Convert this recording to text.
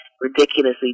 ridiculously